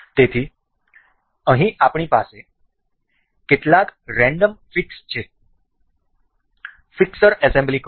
તેથી અહીં આપણી પાસે કેટલાક રેન્ડમ ફિક્સ છે ફિક્સર એસેમ્બલી કહો